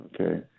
Okay